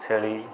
ଛେଳି